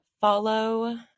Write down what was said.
follow